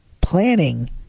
planning